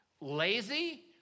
Lazy